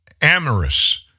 amorous